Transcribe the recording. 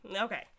Okay